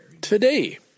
today